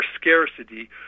scarcity